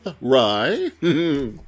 rye